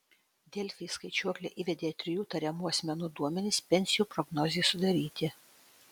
delfi į skaičiuoklę įvedė trijų tariamų asmenų duomenis pensijų prognozei sudaryti